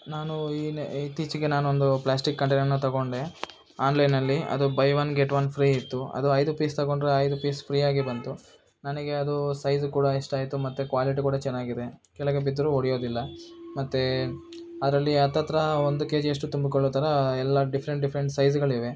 ನಾನು ಈ ನೆ ಇತ್ತೀಚೆಗೆ ನಾನೊಂದು ಪ್ಲಾಸ್ಟಿಕ್ ಕಂಟೈನರನ್ನ ತೊಗೊಂಡೆ ಆನ್ಲೈನ್ನಲ್ಲಿ ಅದು buy one get one free ಇತ್ತು ಅದು ಐದು ಪೀಸ್ ತೊಗೊಂಡ್ರೆ ಐದು ಪೀಸ್ ಫ್ರೀಯಾಗಿ ಬಂತು ನನಗೆ ಅದು ಸೈಝ್ ಕೂಡ ಇಷ್ಟ ಆಯಿತು ಮತ್ತು ಕ್ವಾಲಿಟಿ ಕೂಡ ಚೆನ್ನಾಗಿದೆ ಕೆಳಗೆ ಬಿದ್ದರೂ ಒಡೆಯೋದಿಲ್ಲ ಮತ್ತು ಅದರಲ್ಲಿ ಹತ್ಹತ್ರ ಒಂದು ಕೆ ಜಿಯಷ್ಟು ತುಂಬಿಕೊಳ್ಳೋ ಥರ ಎಲ್ಲ ಡಿಫ್ರೆಂಟ್ ಡಿಫ್ರೆಂಟ್ ಸೈಝ್ಗಳಿವೆ